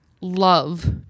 love